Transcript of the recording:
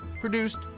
Produced